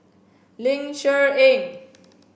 Ling Cher Eng